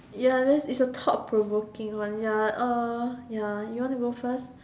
ya that it's a thought provoking one ya ya you want to go first